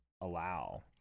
allow